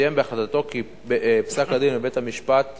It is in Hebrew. וציין בהחלטתו כי פסק-הדין של בית-המשפט